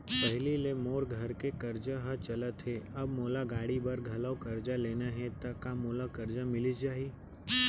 पहिली ले मोर घर के करजा ह चलत हे, अब मोला गाड़ी बर घलव करजा लेना हे ता का मोला करजा मिलिस जाही?